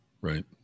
right